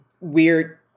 weird